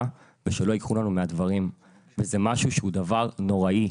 ושלא ייקחו לנו מהדברים וזה משהו שהוא דבר נוראי.